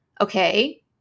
okay